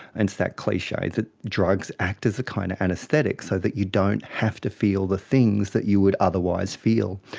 hence that cliche that drugs act as a kind of anaesthetic so that you don't have to feel the things that you would otherwise feel.